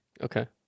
Okay